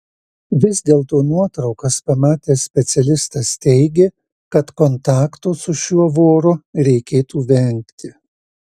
vis dėlto nuotraukas pamatęs specialistas teigė kad kontakto su šiuo voru reikėtų vengti